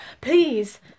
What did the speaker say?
please